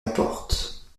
importe